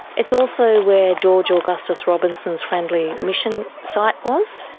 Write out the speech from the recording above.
it's also where george augustus robinson's friendly mission site was.